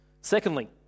Secondly